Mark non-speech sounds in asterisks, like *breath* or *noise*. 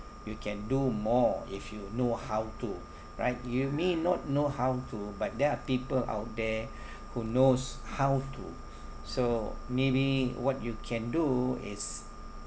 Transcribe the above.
you can do more if you know how to right you may not know how to but there are people out there *breath* who knows how to so maybe what you can do is